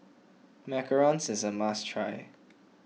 Macarons is a must try